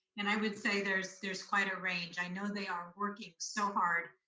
and i would say there's there's quite a range. i know they are working so hard,